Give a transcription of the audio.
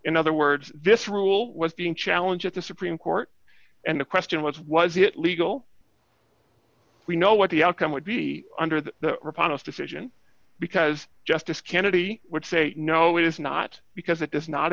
in other words this rule was being challenge at the supreme court and the question was was it legal we know what the outcome would be under the riposte decision because justice kennedy would say no it is not because it does not